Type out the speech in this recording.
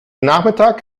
nachmittag